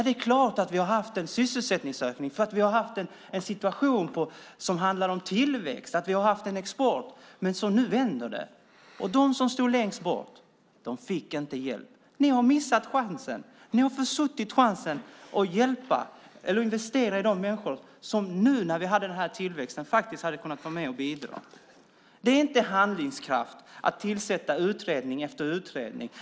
Det är klart att vi har haft en sysselsättningsökning. Vi har ju haft en situation som handlar om tillväxt och vi har haft en export. Nu vänder det. De som stod längst bort fick inte hjälp. Ni har missat chansen. Ni har försuttit chansen att investera i de människor som faktiskt hade kunnat vara med och bidra när vi hade den här tillväxten. Det är inte handlingskraft att tillsätta utredning efter utredning.